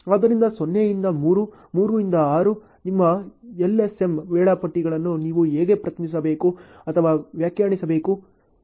ಆದ್ದರಿಂದ 0 ಇಂದ 3 3 ರಿಂದ 6 ನಿಮ್ಮ LSM ವೇಳಾಪಟ್ಟಿಗಳನ್ನು ನೀವು ಹೇಗೆ ಪ್ರತಿನಿಧಿಸಬೇಕು ಅಥವಾ ವ್ಯಾಖ್ಯಾನಿಸಬೇಕು